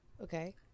Okay